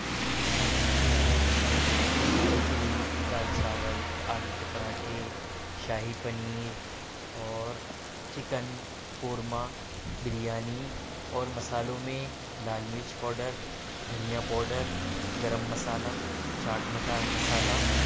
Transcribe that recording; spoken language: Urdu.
ہندوستان میں کھانا بہت اچھا ہے جیسے کھچڑی دال چاول آلو کے پراٹھے شاہی پنیر اور چکن قورمہ بریانی اور مسالوں میں لال مرچ پاؤڈر دھنیا پاؤڈر گرم مسالہ چاٹ مٹن مسالہ